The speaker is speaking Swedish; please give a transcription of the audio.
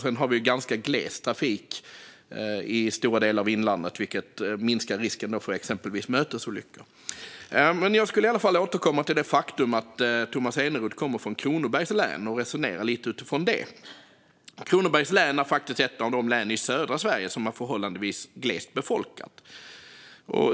Vi har också ganska gles trafik i stora delar av inlandet, vilket minskar risken för exempelvis mötesolyckor. Jag skulle vilja återkomma till det faktum att Tomas Eneroth kommer från Kronobergs län och resonera lite utifrån det. Kronobergs län är ett av de län i södra Sverige som är förhållandevis glest befolkade.